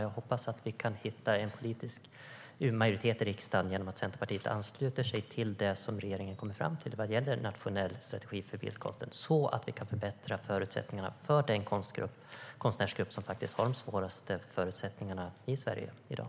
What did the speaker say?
Jag hoppas att vi hittar en politisk majoritet i riksdagen genom att Centerpartiet ansluter sig till det som regeringen kommer fram till vad gäller en nationell strategi för bildkonsten så att vi kan förbättra förutsättningarna för den konstnärsgrupp som har de svåraste villkoren i Sverige i dag.